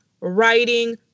Writing